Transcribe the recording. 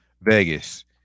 Vegas